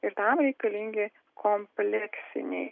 ir tam reikalingi kompleksiniai